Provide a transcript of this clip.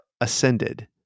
ascended